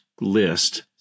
list